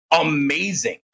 amazing